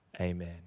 amen